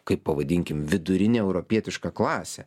kaip pavadinkime vidurinę europietišką klasę